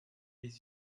les